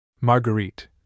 Marguerite